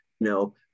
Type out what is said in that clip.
no